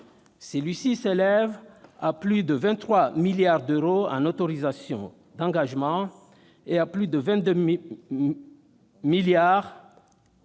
Celui-ci s'élève à plus de 23 milliards d'euros en autorisations d'engagement et à plus de 22 milliards d'euros